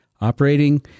operating